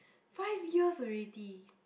five years already